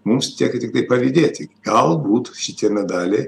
mums lieka tiktai pavydėti galbūt šitie medaliai